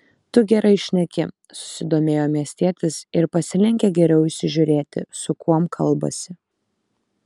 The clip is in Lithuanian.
tu gerai šneki susidomėjo miestietis ir pasilenkė geriau įsižiūrėti su kuom kalbasi